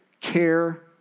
care